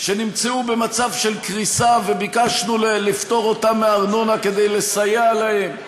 שנמצאו במצב של קריסה וביקשנו לפטור אותם מארנונה כדי לסייע להם.